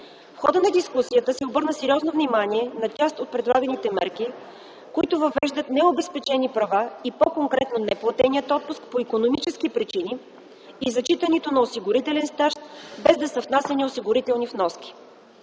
В хода на дискусията се обърна сериозно внимание на част от предлаганите мерки, които въвеждат необезпечени права и по-конкретно неплатения отпуск по икономически причини и зачитането на осигурителен стаж без да са внасяни осигурителни вноски.